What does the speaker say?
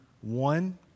one